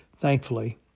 Thankfully